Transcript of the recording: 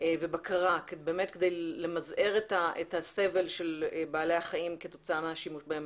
ובקרה כדי למזער את הסבל של בעלי החיים כתוצאה מהשימוש בהם